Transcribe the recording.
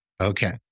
Okay